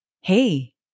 hey